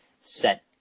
set